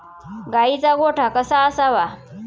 गाईचा गोठा कसा असावा?